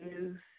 News